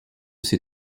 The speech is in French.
ses